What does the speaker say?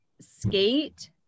skate